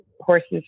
horses